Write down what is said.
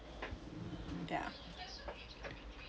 ya